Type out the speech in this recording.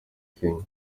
kenya